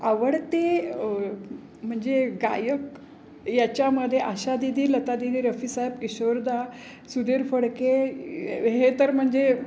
आवडते म्हणजे गायक याच्यामध्ये आशा दिदी लता दिदी रफी साहेब किशोरदा सुधीर फडके हे तर म्हणजे